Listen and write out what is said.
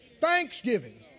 Thanksgiving